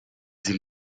sie